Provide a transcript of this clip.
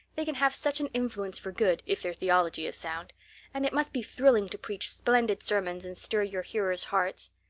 they can have such an influence for good, if their theology is sound and it must be thrilling to preach splendid sermons and stir your hearers' hearts.